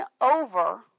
over